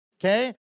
okay